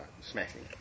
smashing